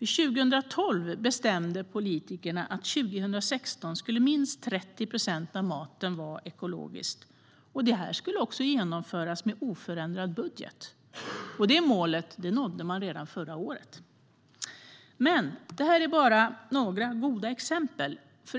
År 2012 bestämde politikerna att 2016 skulle minst 30 procent av maten vara ekologisk. Detta skulle också genomföras med oförändrad budget. Det målet nådde man redan förra året. Men det här är bara några goda exempel.